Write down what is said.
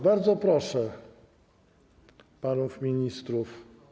Bardzo proszę panów ministrów.